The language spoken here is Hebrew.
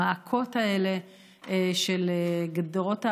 המעקות האלה של גדרות ההפרדה,